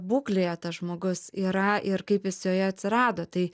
būklėje tas žmogus yra ir kaip jis joje atsirado tai